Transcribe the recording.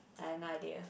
I have no idea